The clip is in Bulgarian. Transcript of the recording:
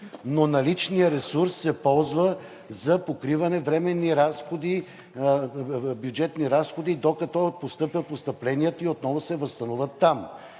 но наличният ресурс се ползва за покриване временни бюджетни разходи, докато постъпят постъпленията и отново се възстановят там.